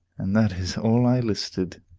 and that is all i elicited.